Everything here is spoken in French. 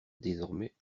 désormais